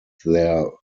there